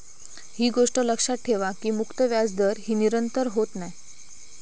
ही गोष्ट लक्षात ठेवा की मुक्त व्याजदर ही निरंतर होत नाय